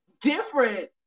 different